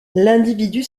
l’individu